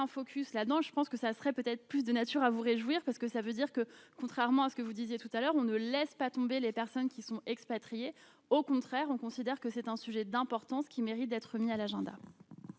focus là non, je pense que ça serait peut-être plus de nature à vous réjouir, parce que ça veut dire que, contrairement à ce que vous disiez tout à l'heure on ne laisse pas tomber les personnes qui sont expatriés, au contraire, on considère que c'est un sujet d'importance qui mérite d'être mis à l'agenda.